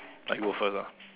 I go first lah